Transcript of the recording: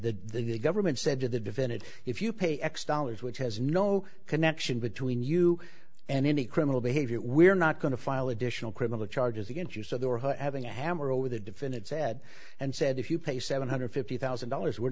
that the government said to the defendant if you pay x dollars which has no connection between you and any criminal behavior we're not going to file additional criminal charges against you so they were having a hammer over the defendant said and said if you pay seven hundred fifty thousand dollars we're